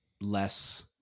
less